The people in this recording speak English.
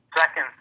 second